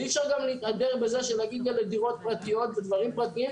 ואי אפשר גם להתהדר בלהגיד אלה דירות פרטיות ודברים פרטיים.